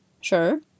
Sure